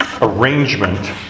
arrangement